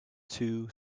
two